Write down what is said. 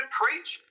preach